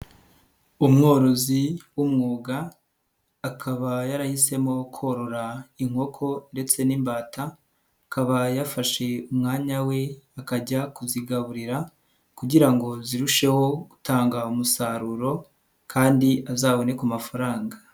Umworozi w'umwuga akaba yarahisemo korora inkoko ndetse n'imbata akaba yafashe umwanya we akajya kuzigaburira kugira ngo zirusheho gutanga umusaruro kandi azabone ku mafaranga.